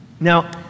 Now